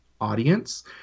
audience